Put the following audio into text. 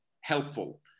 helpful